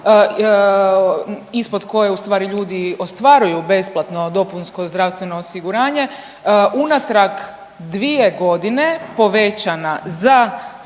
ispod koje ustvari ljudi ostvaruju besplatno dopunsko zdravstveno osiguranje unatrag dvije godine povećana za samca